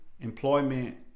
Employment